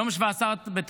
יום 17 בתמוז,